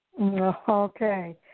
Okay